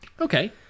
Okay